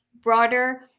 broader